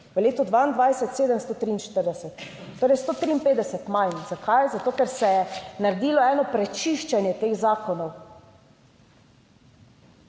v letu 2022 743, torej 153 manj. Zakaj? Zato ker se je naredilo eno prečiščenje teh zakonov.